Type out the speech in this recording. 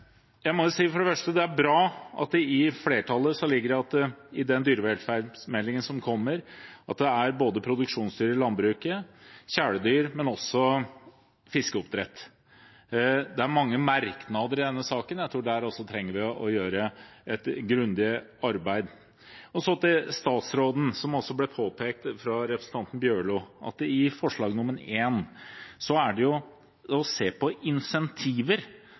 Jeg må si, for det første, at det er bra at det i flertallet ligger at den dyrevelferdsmeldingen som kommer, skal omfatte både produksjonsdyr i landbruket, kjæledyr og fiskeoppdrett. Det er mange merknader i denne saken, og jeg tror at vi også der trenger å gjøre et grundig arbeid. Så til statsråden: Som det alså ble påpekt fra representanten Bjørlo, står det i forslag nr. 1 at en skal se på «insentiver som vil øke dyrevelferden i svinenæringen». Det er det vi nå må se på.